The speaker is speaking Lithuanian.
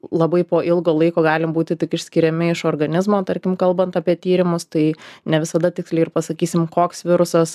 labai po ilgo laiko gali būti tik išskiriami iš organizmo tarkim kalbant apie tyrimus tai ne visada tiksliai ir pasakysim koks virusas